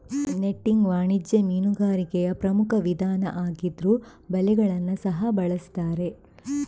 netting ವಾಣಿಜ್ಯ ಮೀನುಗಾರಿಕೆಯ ಪ್ರಮುಖ ವಿಧಾನ ಆಗಿದ್ರೂ ಬಲೆಗಳನ್ನ ಸಹ ಬಳಸ್ತಾರೆ